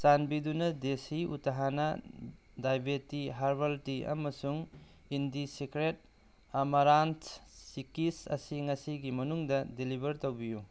ꯆꯥꯟꯕꯤꯗꯨꯅ ꯗꯦꯁꯤ ꯎꯊꯥꯅ ꯗꯥꯏꯕꯦꯇꯤ ꯍꯔꯕꯦꯜ ꯇꯤ ꯑꯃꯁꯨꯡ ꯏꯟꯗꯤꯁꯤꯀꯔꯦꯠ ꯑꯥꯃꯥꯔꯥꯟ ꯁꯤꯀꯤꯁ ꯑꯁꯤ ꯉꯁꯤꯒꯤ ꯃꯅꯨꯡꯗ ꯗꯤꯂꯤꯕꯔ ꯇꯧꯕꯤꯎ